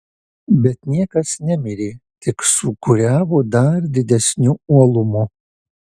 bet niekas nemirė tik sūkuriavo dar didesniu uolumu